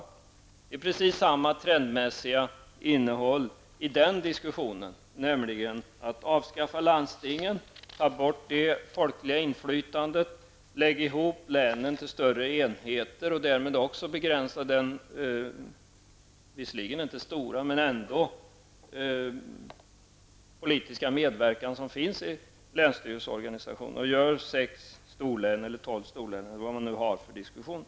Det är precis samma trendmässiga innehåll i den diskussionen, nämligen att avskaffa landstingen, ta bort det folkliga inflytandet, lägg samman länen till större enheter och begränsa därmed också den visserligen inte stora men ändock politiska medverkan som finns i länsstyrelseorganisationen och skapa sex eller tolv storlän, eller vad som nu föreslås i diskussionen.